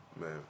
Man